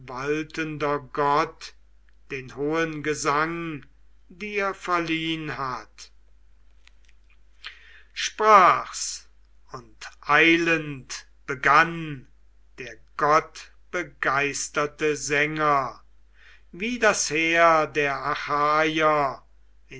gott den hohen gesang dir verliehn hat sprach's und eilend begann der gottbegeisterte sänger wie das heer der achaier